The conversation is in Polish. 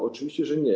Oczywiście, że nie.